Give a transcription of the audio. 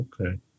Okay